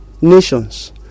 nations